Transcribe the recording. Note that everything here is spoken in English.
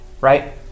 right